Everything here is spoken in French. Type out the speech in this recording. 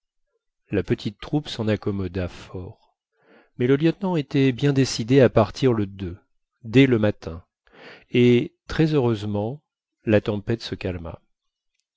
la petite troupe s'en accommoda fort mais le lieutenant était bien décidé à partir le dès le matin et très heureusement la tempête se calma